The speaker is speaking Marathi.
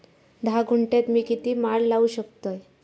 धा गुंठयात मी किती माड लावू शकतय?